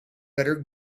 better